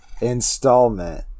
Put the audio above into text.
installment